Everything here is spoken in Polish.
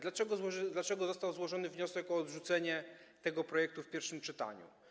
Dlaczego został złożony wniosek o odrzucenie tego projektu w pierwszym czytaniu?